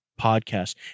podcast